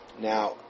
Now